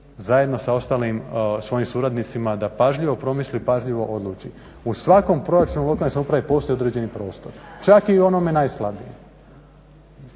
zajedno sa ostalim svojim suradnicima da pažljivo promisli i pažljivo odluči. U svakom proračunu lokalne samouprave postoji određeni prostor, čak i u onome najslabijem,